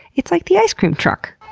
it's like the ice cream truck,